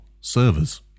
servers